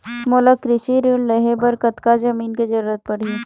मोला कृषि ऋण लहे बर कतका जमीन के जरूरत पड़ही?